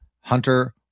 Hunter